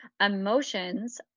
Emotions